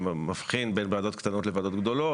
שמבחין בין ועדות קטנות לוועדות גדולות,